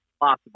possible